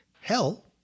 hell